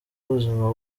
ubuzima